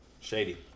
Shady